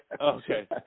Okay